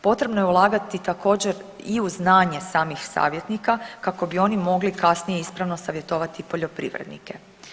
Potrebno je ulagati također i u znanje samih savjetnika kako bi oni mogli kasnije ispravno savjetovati poljoprivrednike.